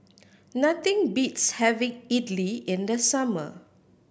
nothing beats having Idili in the summer